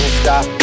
stop